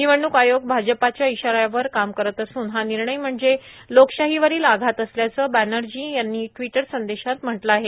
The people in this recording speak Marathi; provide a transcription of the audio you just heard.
निवडणूक आयोग भाजपाच्या इशाऱ्यावर काम करत असून हा निर्णय म्हणजे लोकशाहीवरील आघात असल्याचं बॅनर्जी यांनी ट्विटर संदेशात म्हटलं आहे